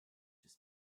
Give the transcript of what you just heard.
just